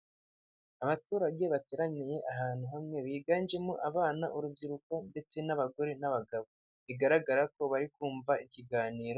Abaturage bateraniye ahantu hamwe biganjemo abana urubyiruko ndetse n'abagore n'abagabo bigaragara ko bari kumva ikiganiro.